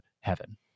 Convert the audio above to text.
heaven